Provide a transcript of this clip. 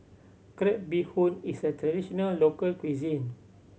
crab bee hoon is a traditional local cuisine